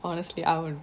honestly I won't